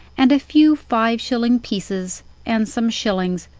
and a few five-shilling pieces and some shillings,